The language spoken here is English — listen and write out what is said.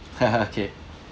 okay